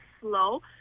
slow